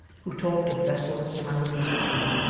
who talked of vessels foundering at sea,